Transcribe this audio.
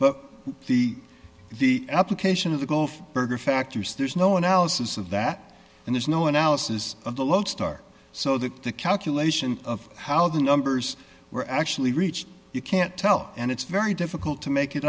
but the the application of the gulf berger factors there's no analysis of that and there's no analysis of the lodestar so that the calculation of how the numbers were actually reached you can't tell and it's very difficult to make it